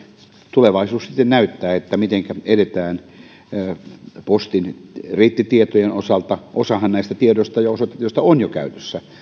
tulevaisuus sitten näyttää mitenkä edetään postin reittitietojen osalta osa näistä tiedoista ja osoitetiedoista on jo käytössä